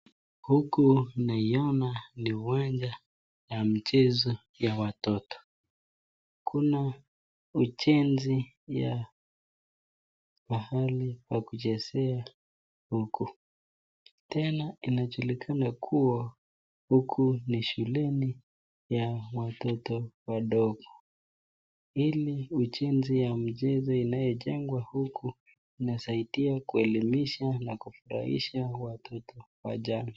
Hapa naiona, ni uwanja, ya mchezo, ya watoto, kuna ujensi, ya, pahali pa kuchezea, huku, tena inajulikana kuwa, huku ni shuleni, ya watoto wadogo, ili, mijengo ya michezo inayojengwa huku, inasaidia kuelimisha na, kufrahisha watoto, wa jana.